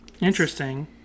Interesting